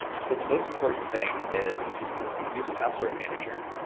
so the most important thing is use a password manager.